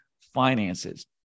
finances